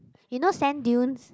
you know sand dunes